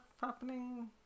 happening